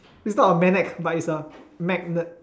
it's not a magnet but it's a magnet